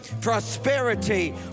prosperity